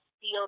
feel